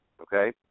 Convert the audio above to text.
okay